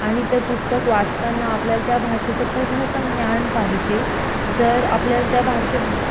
आणि ते पुस्तक वाचताना आपल्याला त्या भाषेचं पूर्णत ज्ञान पाहिजे जर आपल्याला त्या भाषे